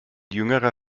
jüngerer